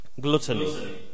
gluttony